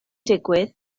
digwydd